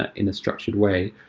ah in a structured way.